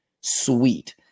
sweet